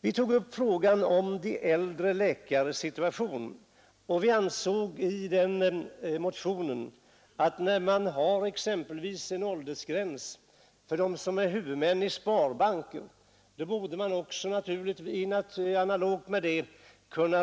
Vi tog upp frågan om de äldre läkarna och framhöll att det förekommer en åldersgräns exempelvis för huvudmän i sparbanker. Man borde också kunna